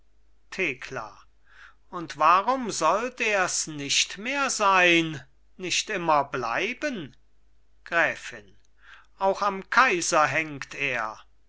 thekla und warum sollt ers nicht mehr sein nicht immer bleiben gräfin auch am kaiser hängt er